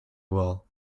well